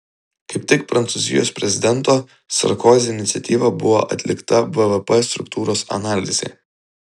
kaip tik prancūzijos prezidento sarkozi iniciatyva buvo atlikta bvp struktūros analizė